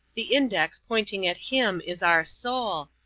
the index pointing at him is our soul,